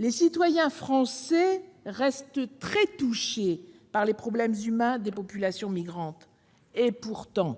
Les citoyens français restent très touchés par les problèmes humains que connaissent les populations migrantes. Pourtant,